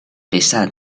pesar